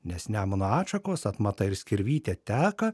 nes nemuno atšakos atmata ir skirvytė teka